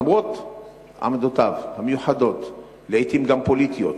למרות עמדותיו המיוחדות, לעתים גם פוליטיות.